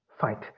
fight